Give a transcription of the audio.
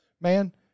man